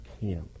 camp